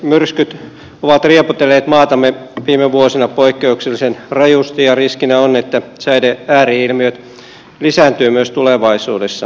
myrskyt ovat riepotelleet maatamme viime vuosina poikkeuksellisen rajusti ja riskinä on että säiden ääri ilmiöt lisääntyvät myös tulevaisuudessa